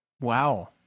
Wow